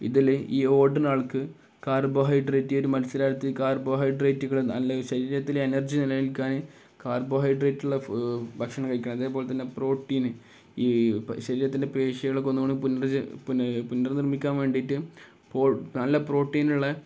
ഇതില് ഈ ഓടുന്നയാള്ക്ക് കാർബോഹൈഡ്രേറ്റ് ഒരു മത്സരാര്ത്ഥിക്ക് കാർബോഹൈഡ്രേറ്റുകള് നല്ലതാണ് ശരീരത്തില് എനർജി നിലനില്ക്കാന് കാർബോഹൈഡ്രേറ്റുള്ള ഭക്ഷണം കഴിക്കണം അതേപോലെ തന്നെ പ്രോട്ടീന് ഈ ശരീരത്തിൻ്റെ പേശികളൊക്കെ ഒന്നുകൂടെ പുനർനിർമ്മിക്കാൻ വേണ്ടിയിട്ട് നല്ല പ്രോട്ടീനുള്ള